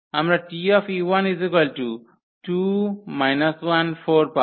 আমরা 𝑇 2 −14 পাব